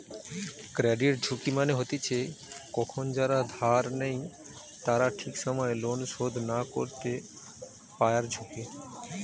credit ঝুঁকি মানে হতিছে কখন যারা ধার নেই তারা ঠিক সময় লোন শোধ না করতে পায়ারঝুঁকি